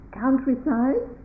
countryside